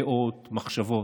דעות ומחשבות.